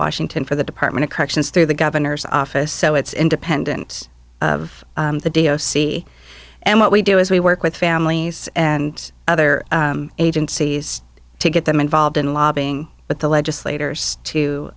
washington for the department of corrections through the governor's office so it's independent of the d s c and what we do is we work with families and other agencies to get them involved in lobbying but the legislators to